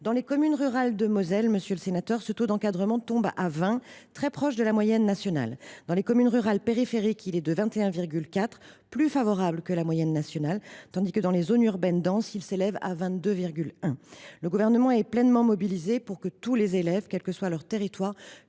Dans les communes rurales de Moselle, ce taux d’encadrement tombe à 20, très proche de la moyenne nationale. Dans les communes rurales, il est de 21,4, soit plus favorable que la moyenne nationale, tandis que dans les zones urbaines denses, il s’élève à 22,1. Le Gouvernement est pleinement mobilisé pour que tous les élèves, quel que soit leur territoire,